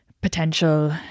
potential